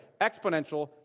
Exponential